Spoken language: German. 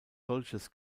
solches